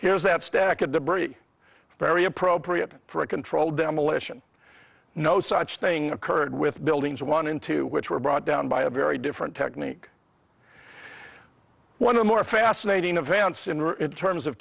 here is that stack of debris very appropriate for a controlled demolition no such thing occurred with buildings one in two which were brought down by a very different technique one of the more fascinating events in terms of